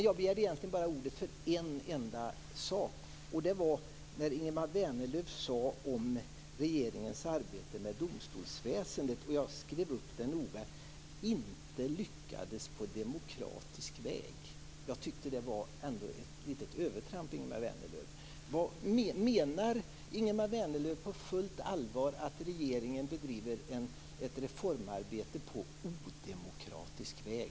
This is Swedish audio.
Jag begärde egentligen bara ordet för en enda sak, nämligen det som Ingemar Vänerlöv sade om regeringens arbete med domstolsväsendet. Jag skrev upp det noga: inte lyckades på demokratisk väg. Jag tyckte ändå att det var ett litet övertramp, Ingemar Vänerlöv. Menar Ingemar Vänerlöv på fullt allvar att regeringen bedriver ett reformarbete på odemokratisk väg?